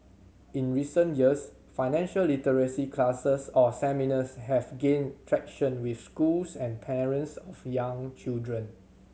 in recent years financial literacy classes or seminars have gained traction with schools and parents of young children